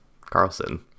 Carlson